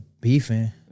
beefing